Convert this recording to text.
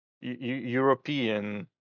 European